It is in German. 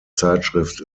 zeitschrift